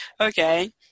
okay